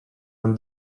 own